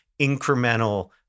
incremental